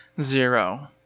zero